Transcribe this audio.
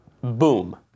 Boom